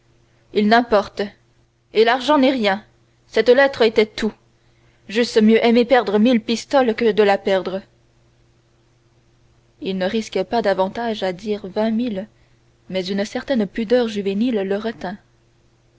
il n'importe et l'argent n'est rien cette lettre était tout j'eusse mieux aimé perdre mille pistoles que de la perdre il ne risquait pas davantage à dire vingt mille mais une certaine pudeur juvénile le retint